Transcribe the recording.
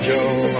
Joe